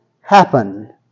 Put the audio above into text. happen